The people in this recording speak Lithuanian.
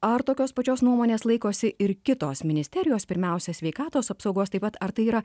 ar tokios pačios nuomonės laikosi ir kitos ministerijos pirmiausia sveikatos apsaugos taip pat ar tai yra